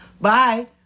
Bye